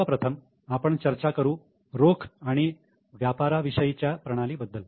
सर्वप्रथम आपण चर्चा करू रोख आणि व्यापाराविषयीच्या प्रणाली बद्दल